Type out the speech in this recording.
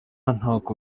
ntako